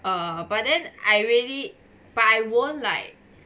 err but then I really but I won't like